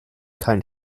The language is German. kein